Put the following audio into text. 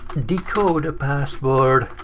decode a password.